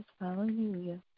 Hallelujah